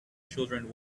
children